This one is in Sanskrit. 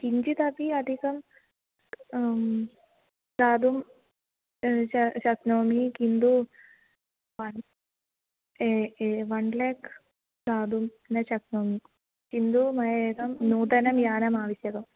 किञ्चिदपि अधिकं दातुं श शक्नोमि किन्तु one uh uh one lakh दातुं न शक्नोमि किन्तु मया एकं नूतनं यानम् आवश्यकम्